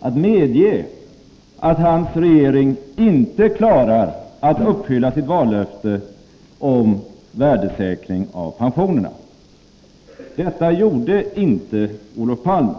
att medge att hans regering inte klarar att uppfylla sitt vallöfte om värdesäkring av pensionerna. Men det gjorde inte Olof Palme.